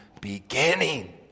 beginning